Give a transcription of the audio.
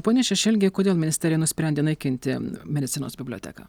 pone šešelgi kodėl ministerija nusprendė naikinti medicinos biblioteką